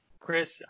Chris